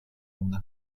una